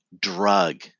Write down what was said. drug